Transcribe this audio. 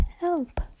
help